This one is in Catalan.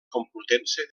complutense